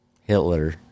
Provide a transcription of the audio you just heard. Hitler